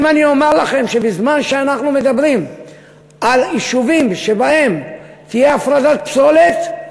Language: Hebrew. אם אני אומר לכם שבזמן שאנחנו מדברים על יישובים שבהם תהיה הפרדת פסולת,